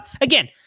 Again